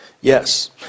Yes